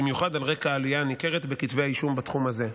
במיוחד על רקע העלייה הניכרת בכתבי האישום בתחום הזה.